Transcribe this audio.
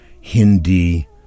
Hindi